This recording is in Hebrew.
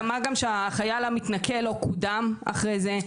מה גם שהחייל המתנכל עוד קודם אחרי זה.